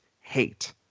hate